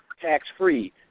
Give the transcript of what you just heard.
tax-free